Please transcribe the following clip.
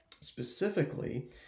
specifically